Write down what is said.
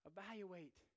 Evaluate